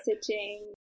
stitching